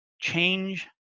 change